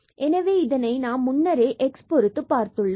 எனவே இதை நாம் முன்னரே x பொருத்து பார்த்துள்ளோம்